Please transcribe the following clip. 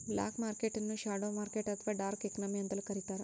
block market ನ್ನು shadow market ಅಥವಾ dark economy ಅಂತಲೂ ಕರಿತಾರೆ